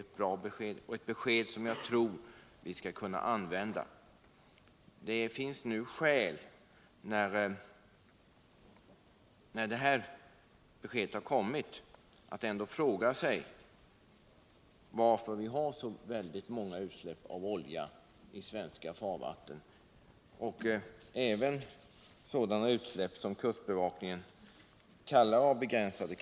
Men även om detta besked nu har lämnats, finns det skäl att fråga sig varför vi i de svenska farvattnen har så väldigt många utsläpp av olja — jag tänker härvid även på de utsläpp som av kustbevakningen benämns ”begränsade”.